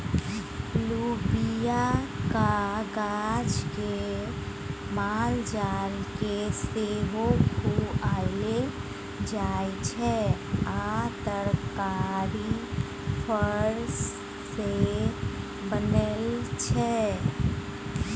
लोबियाक गाछ केँ मालजाल केँ सेहो खुआएल जाइ छै आ तरकारी फर सँ बनै छै